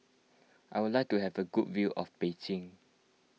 I would like to have a good view of Beijing